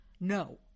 No